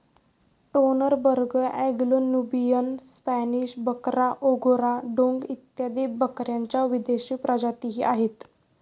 Toggenburg, Anglo Nubian, Spanish बकरा, Angora डोंग इत्यादी बकऱ्यांच्या विदेशी प्रजातीही आहेत